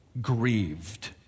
grieved